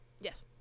yes